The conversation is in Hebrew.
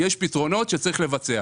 יש פתרונות וצריך לבצע.